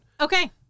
Okay